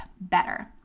better